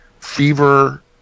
fever